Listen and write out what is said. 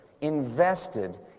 invested